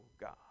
God